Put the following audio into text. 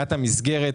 התקציב.